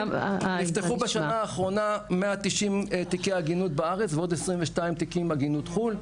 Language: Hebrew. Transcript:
נפתחו בשנה האחרונה 190 תיקי עגינות בארץ ועוד 22 תיקים עגינות חו"ל.